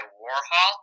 warhol